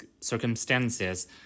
circumstances